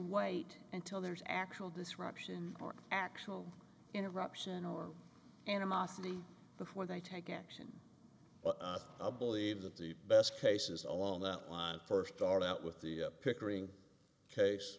wait until there's actual disruption or actual interruption or animosity before they take action i believe that the best cases along that line first start out with the pickering case